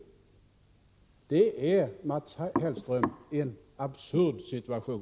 Det är, Mats Hellström, en absurd situation.